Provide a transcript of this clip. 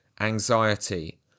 anxiety